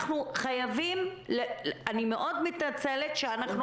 אנחנו חייבים אני מאוד מתנצלת שאנחנו